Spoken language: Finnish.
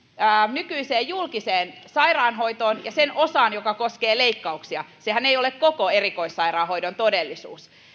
nykyiseen julkiseen sairaanhoitoon ja sen osaan joka koskee leikkauksia sehän ei ole koko erikoissairaanhoidon todellisuus